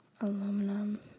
Aluminum